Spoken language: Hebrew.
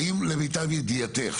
האם למיטב ידיעתך,